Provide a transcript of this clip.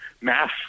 mass